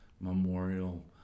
memorial